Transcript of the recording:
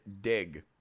dig